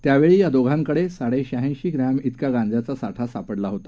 त्यावेळी या दोघांकडे साडेश्याऐशी ग्रॅम तिका गांजाचा साठा सापडला होता